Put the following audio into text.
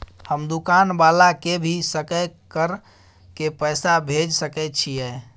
हम दुकान वाला के भी सकय कर के पैसा भेज सके छीयै?